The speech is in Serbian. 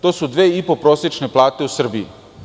To su dve i po prosečne plate u Srbiji.